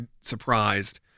surprised